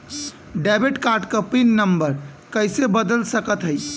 Debit card क pin number कइसे बदल सकत हई?